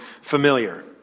familiar